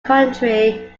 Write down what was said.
country